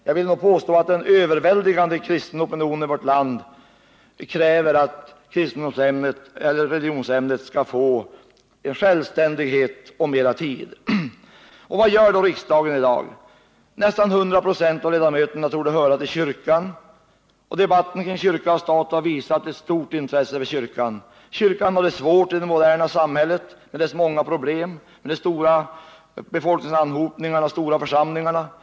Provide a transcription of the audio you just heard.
Jag vill påstå att en överväldigande kristen opinion i vårt land kräver att religionsämnet skall få en självständig ställning i skolan och mer tid. Vad gör då riksdagen i dag? Nästan 100 926 av ledamöterna torde höra till kyrkan, och debatten kring kyrka och stat har visat att det finns ett stort intresse för kyrkan. Kyrkan har det svårt i det moderna samhället med dess många problem, med de stora befolkningsanhopningarna och de stora församlingarna.